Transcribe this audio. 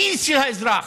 בכיס של האזרח,